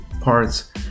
parts